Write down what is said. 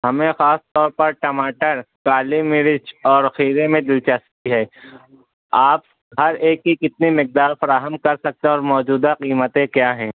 ہمیں خاص طور پر ٹماٹر کالی مرچ اور کھیرے میں دلچسپی ہے آپ ہر ایک کی کتنی مقدار فراہم کر سکتے ہیں اور موجودہ قیمتیں کیا ہیں